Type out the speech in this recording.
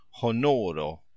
honoro